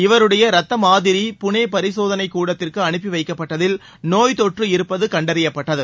இவருடைய ரத்த மாதிரி புனே பரிசோதனை கூடத்திற்கு அனுப்பி வைக்கப்பட்டதில் நோய் தொற்று இருப்பது கண்டறியப்பட்டது